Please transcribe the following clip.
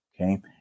okay